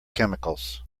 chemicals